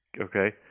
Okay